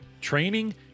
training